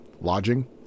Lodging